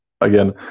again